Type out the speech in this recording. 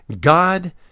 God